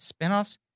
spinoffs